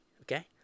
okay